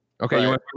Okay